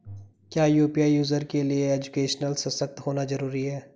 क्या UPI user के लिए एजुकेशनल सशक्त होना जरूरी है?